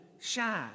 shine